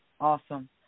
Awesome